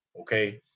okay